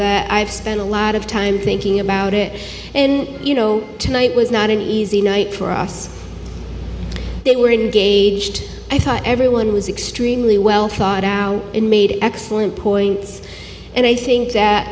that i've spent a lot of time thinking about it and you know tonight was not an easy night for us they were engaged i thought everyone was extremely well thought out and made excellent points and i think